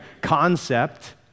concept